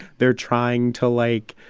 they're trying to, like,